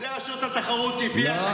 את זה רשות התחרות הביאה לכנסת הקודמת.